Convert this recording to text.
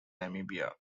namibia